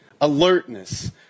alertness